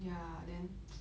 ya then